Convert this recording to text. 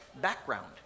background